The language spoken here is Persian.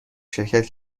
شرکت